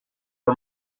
are